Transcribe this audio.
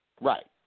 Right